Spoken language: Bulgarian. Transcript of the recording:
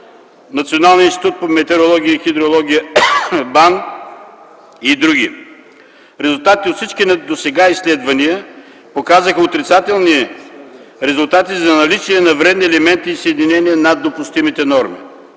Националния институт по метеорология и хидрология към БАН и др. Резултатите от всички досега изследвания показаха отрицателни резултати за наличие на вредни елементи и съединения над допустимите норми.